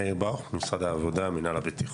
מאיר ברוך, משרד העבודה, מנהל הבטיחות.